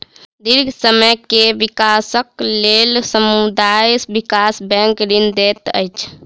दीर्घ समय के विकासक लेल समुदाय विकास बैंक ऋण दैत अछि